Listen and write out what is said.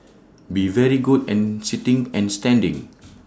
be very good and sitting and standing